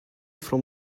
from